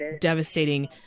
devastating